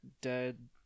dead